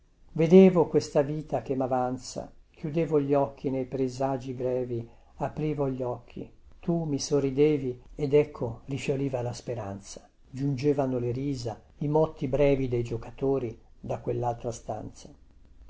vedevo questa vita che mavanza chiudevo gli occhi nei presagi grevi aprivo gli occhi tu mi sorridevi ed ecco rifioriva la speranza giungevano le risa i motti brevi dei giocatori da quellaltra stanza